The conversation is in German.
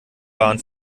waren